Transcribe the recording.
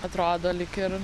atrodo lyg ir